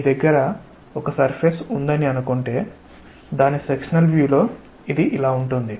మీ దగ్గర ఒక సర్ఫేస్ ఉందని అనుకుంటే దాని సెక్షనల్ వ్యూ లో ఇది ఇలా ఉంటుంది